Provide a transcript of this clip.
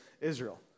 Israel